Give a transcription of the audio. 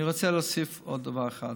אני רוצה להוסיף עוד דבר אחד.